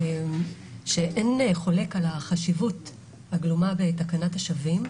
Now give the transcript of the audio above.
שאין חולק על החשיבות הגלומה בתקנת השבים,